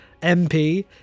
MP